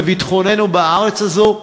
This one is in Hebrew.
לביטחוננו בארץ הזאת.